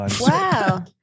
Wow